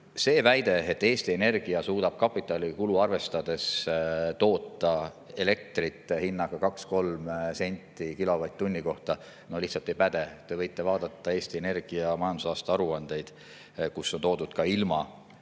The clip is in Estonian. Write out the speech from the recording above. väide, et Eesti Energia suudab kapitalikulu arvestades toota elektrit hinnaga 2–3 senti kilovatt-tunni kohta, lihtsalt ei päde. Te võite vaadata Eesti Energia majandusaasta aruandeid, kus on toodud ka ilma